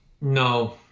No